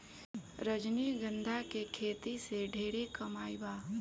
रजनीगंधा के खेती से ढेरे कमाई बा